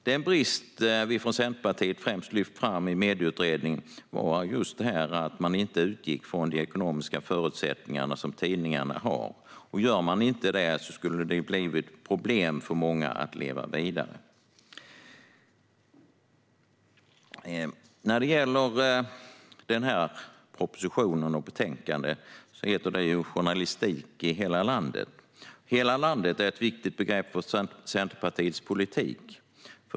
Den brist som vi från Centerpartiet främst har lyft fram i Medieutredningen är just att man inte utgick från de ekonomiska förutsättningar som tidningarna har. Om man inte gör det blir det problem för många att leva vidare. Denna proposition och detta betänkande heter Journalistik i hela landet . "Hela landet" är ett viktigt begrepp för Centerpartiets politik.